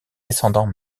descendants